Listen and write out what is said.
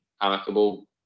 amicable